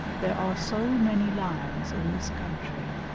there are so many lions in this country,